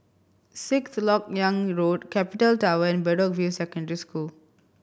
Sixth Lok Yang Road Capital Tower and Bedok View Secondary School